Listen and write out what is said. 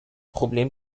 problem